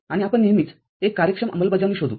आणि आपण नेहमीच एक कार्यक्षम अंमलबजावणी शोधू